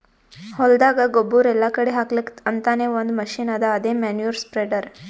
ಹೊಲ್ದಾಗ ಗೊಬ್ಬುರ್ ಎಲ್ಲಾ ಕಡಿ ಹಾಕಲಕ್ಕ್ ಅಂತಾನೆ ಒಂದ್ ಮಷಿನ್ ಅದಾ ಅದೇ ಮ್ಯಾನ್ಯೂರ್ ಸ್ಪ್ರೆಡರ್